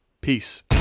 Peace